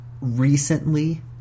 recently